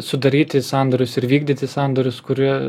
sudaryti sandorius ir vykdyti sandorius kurie